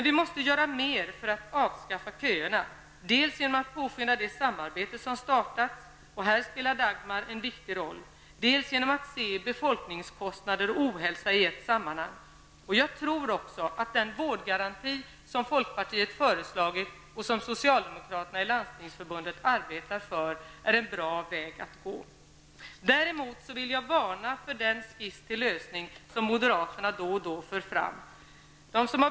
Vi måste göra mer för att avskaffa köerna, dels genom att påskynda det samarbete som startats, och här spelar Dagmar en viktigt roll, dels genom att se befolkningskostnader och ohälsa i ett sammanhang. Jag tror att den vårdgaranti som folkpartiet föreslagit, och som socialdemokraterna i Landstingsförbundet arbetar för, är en bra väg att gå. Däremot vill jag varna för den skiss till lösning som moderaterna då och då för fram.